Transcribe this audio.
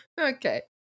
Okay